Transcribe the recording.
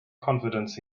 confidence